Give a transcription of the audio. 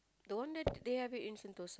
the one that they have it in Sentosa